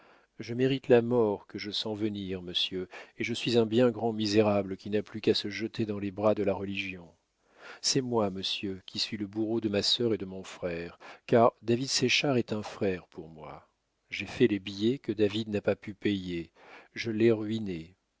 je mérite la mort que je sens venir monsieur et je suis un bien grand misérable qui n'a plus qu'à se jeter dans les bras de la religion c'est moi monsieur qui suis le bourreau de ma sœur et de mon frère car david séchard est un frère pour moi j'ai fait les billets que david n'a pas pu payer je l'ai ruiné